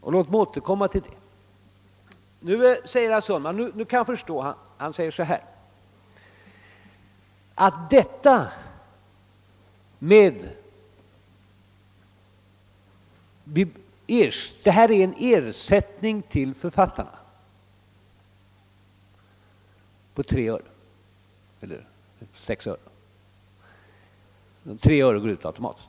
Och låt mig återkomma till herr Sundmans yttrande. Herr Sundman säger att det här är en ersättning till författarna på 6 öre — 3 öre utgår automatiskt.